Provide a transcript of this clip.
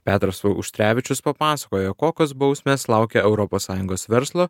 petras auštrevičius papasakojo kokios bausmės laukia europos sąjungos verslo